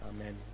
Amen